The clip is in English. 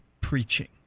preaching